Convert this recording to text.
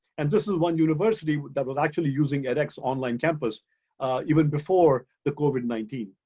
and this is one university that was actually using edx online campus even before the covid nineteen.